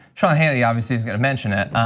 sean hannity obviously's gonna mention it.